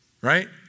Right